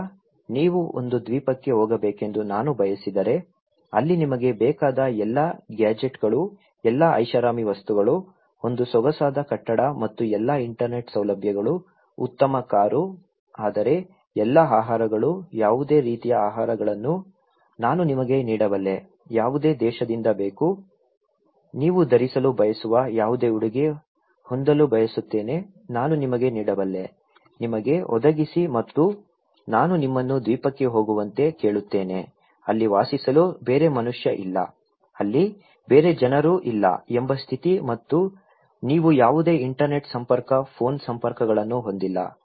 ಈಗ ನೀವು ಒಂದು ದ್ವೀಪಕ್ಕೆ ಹೋಗಬೇಕೆಂದು ನಾನು ಬಯಸಿದರೆ ಅಲ್ಲಿ ನಿಮಗೆ ಬೇಕಾದ ಎಲ್ಲಾ ಗ್ಯಾಜೆಟ್ಗಳು ಎಲ್ಲಾ ಐಷಾರಾಮಿ ವಸ್ತುಗಳು ಒಂದು ಸೊಗಸಾದ ಕಟ್ಟಡ ಮತ್ತು ಎಲ್ಲಾ ಇಂಟರ್ನೆಟ್ ಸೌಲಭ್ಯಗಳು ಉತ್ತಮ ಕಾರು ಆದರೆ ಎಲ್ಲಾ ಆಹಾರಗಳು ಯಾವುದೇ ರೀತಿಯ ಆಹಾರಗಳನ್ನು ನಾನು ನಿಮಗೆ ನೀಡಬಲ್ಲೆ ಯಾವುದೇ ದೇಶದಿಂದ ಬೇಕು ನೀವು ಧರಿಸಲು ಬಯಸುವ ಯಾವುದೇ ಉಡುಗೆ ಹೊಂದಲು ಬಯಸುತ್ತೇನೆ ನಾನು ನಿಮಗೆ ನೀಡಬಲ್ಲೆ ನಿಮಗೆ ಒದಗಿಸಿ ಮತ್ತು ನಾನು ನಿಮ್ಮನ್ನು ದ್ವೀಪಕ್ಕೆ ಹೋಗುವಂತೆ ಕೇಳುತ್ತೇನೆ ಅಲ್ಲಿ ವಾಸಿಸಲು ಬೇರೆ ಮನುಷ್ಯ ಇಲ್ಲ ಅಲ್ಲಿ ಬೇರೆ ಜನರು ಇಲ್ಲ ಎಂಬ ಸ್ಥಿತಿ ಮತ್ತು ನೀವು ಯಾವುದೇ ಇಂಟರ್ನೆಟ್ ಸಂಪರ್ಕ ಫೋನ್ ಸಂಪರ್ಕಗಳನ್ನು ಹೊಂದಿಲ್ಲ